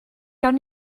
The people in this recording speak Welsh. gawn